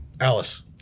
Alice